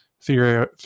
theory